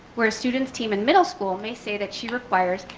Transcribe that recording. where a student's team and middle school may say that she requires,